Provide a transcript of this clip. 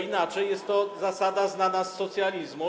Inaczej jest to zasada znana z socjalizmu.